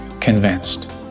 convinced